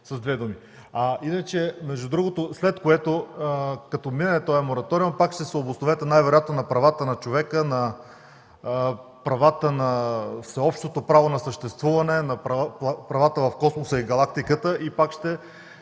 е с две думи.